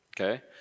Okay